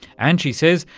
and, she says,